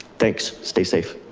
thanks. stay safe.